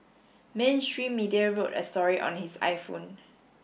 mainstream media wrote a story on his iPhone